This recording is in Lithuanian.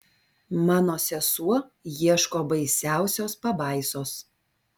mano sesuo ieško baisiausios pabaisos